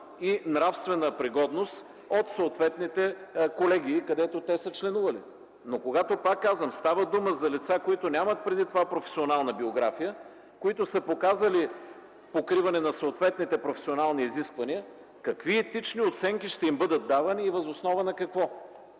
и нравствена пригодност от съответните колеги, където те са членували. Но когато, пак казвам, става дума за лица, които нямат преди това професионална биография, които са показали покриване на съответните професионални изисквания, какви етични оценки ще им бъдат давани и въз основа на какво?